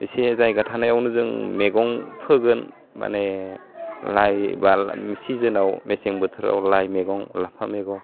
एसे जायगा थानायावनो जों मेगं फोगोन माने लाइ बा सिजोनाव मेसें बोथोराव लाइ मैगं लाफा मैगं